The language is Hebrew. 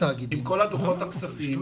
עם כל הדוחות הכספיים.